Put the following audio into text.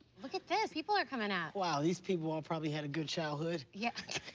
look at this. people are coming out. wow, these people all probably had a good childhood. yeah.